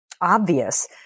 obvious